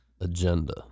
agenda